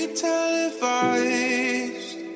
televised